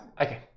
okay